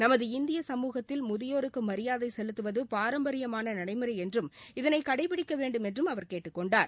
நமது இந்திய சமூகத்தில் முதியோருக்கு மரியாதை செலுத்துவது பாரம்பரியமான நடைமுறை என்றும் இதனை கடைபிடிக்கவேண்டும் என்றும் அவர் கேட்டுக்கொண்டார்